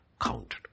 counted